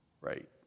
right